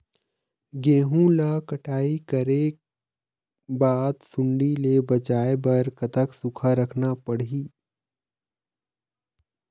गेहूं ला कटाई करे बाद सुण्डी ले बचाए बर कतक सूखा रखना पड़ही?